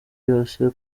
yose